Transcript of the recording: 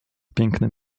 pięknym